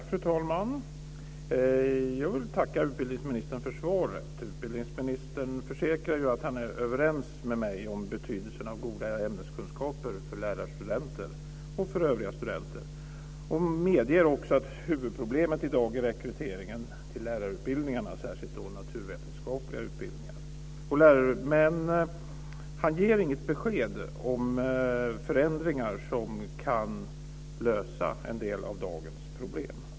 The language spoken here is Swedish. Fru talman! Jag vill tacka utbildningsministern för svaret. Ministern försäkrar att han är överens med mig om betydelsen av goda ämneskunskaper för lärarstudenter och för övriga studenter. Han medger också att huvudproblemet i dag är rekryteringen till lärarutbildningarna - särskilt till naturvetenskapliga utbildningar. Men han ger inget besked om förändringar som kan lösa en del av dagens problem.